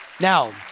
Now